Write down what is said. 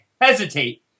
hesitate